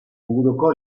inguruko